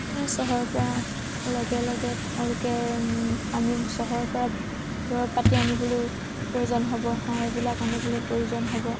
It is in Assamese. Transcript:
এনে চহৰৰপৰা লগে লগে তেওঁলোকে আনি চহৰৰপৰা দৰৱ পাতি আনিবলৈয়ো প্ৰয়োজন হ'ব সাৰবিলাক আনিবলৈ প্ৰয়োজন হ'ব